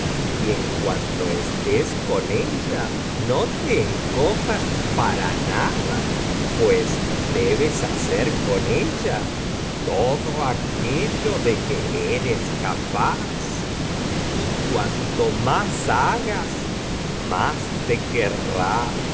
y en cuanto estés con ella no te encojas para nada pues debes hacer con elía todo aquello de que eres capaz y cuanto más hagas más te querrá